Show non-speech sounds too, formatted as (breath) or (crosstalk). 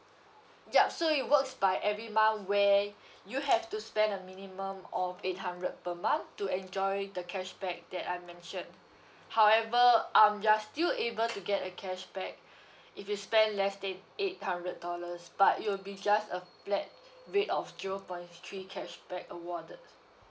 yup so it works by every month where you have to spend a minimum of eight hundred per month to enjoy the cashback that I mentioned however um you're still able to get a cashback (breath) if you spend less than eight hundred dollars but it'll be just a flat rate of zero points three cashback awarded